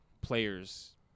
players